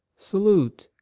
salute,